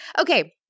Okay